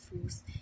force